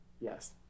Yes